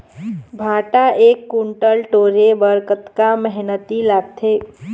भांटा एक कुन्टल टोरे बर कतका मेहनती लागथे?